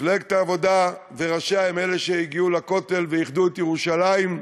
מפלגת העבודה וראשיה הם שהגיעו לכותל ואיחדו את ירושלים,